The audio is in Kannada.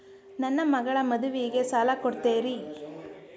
ನನ್ನ ಮಗಳ ಮದುವಿಗೆ ಸಾಲ ಕೊಡ್ತೇರಿ?